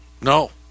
No